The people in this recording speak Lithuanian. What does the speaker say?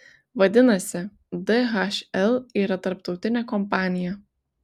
vadinasi dhl yra tarptautinė kompanija